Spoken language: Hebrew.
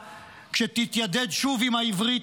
כשתתיידד שוב עם העברית,